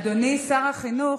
אדוני שר החינוך,